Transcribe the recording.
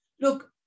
look